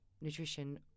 nutrition